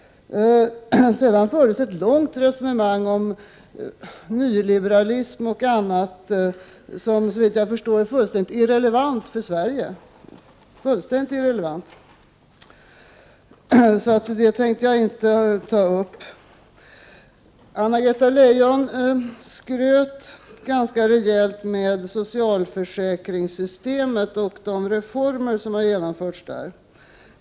Det fördes sedan ett långt resonemang om nyliberalism och annat som, såvitt jag förstår, är fullständigt irrelevant för Sverige. Därför tänkte jag inte ta upp det. Anna-Greta Leijon skröt ganska rejält med socialförsäkringssystemet och de reformer som har genomförts.